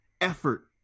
effort